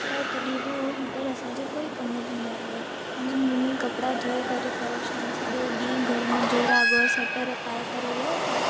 पर तॾहिं बि उहो हीटर असांजे कोई कम जो न रहियो मुंहिंजी मम्मी कपिड़ा धोई करे परेशान सॼो ॾींहुं घर में जोराबु स्वेटर पाए करे वियूं पिया